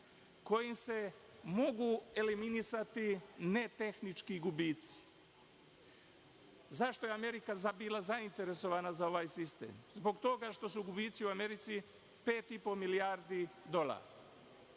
kojim se mogu eliminisati netehnički gubici. Zašto je Amerika bila zainteresovana za ovaj sistem? Zbog toga što su gubici u Americi 5,5 milijardi dolara.